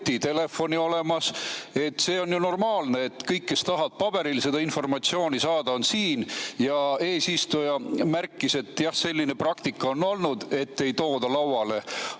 nutitelefoni olemas. See on ju normaalne, et kõik, kes tahavad paberil seda informatsiooni saada, on siin. Eesistuja märkis, et jah, selline praktika on olnud, et ei tooda lauale.